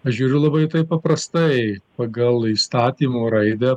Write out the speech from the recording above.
aš žiūriu labai į tai paprastai pagal įstatymo raidę